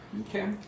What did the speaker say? Okay